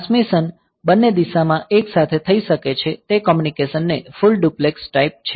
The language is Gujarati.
ટ્રાન્સમિશન બંને દિશામાં એક સાથે થઈ શકે છે તે કોમ્યુનિકેશન નો ફુલ ડુપ્લેક્સ ટાઈપ છે